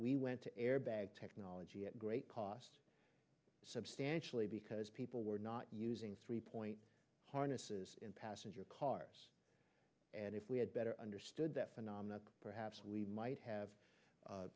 we went to airbag technology at great cost substantially because people were not using three point harnesses in passenger cars and if we had better understood that phenomenon perhaps we might have